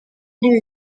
muri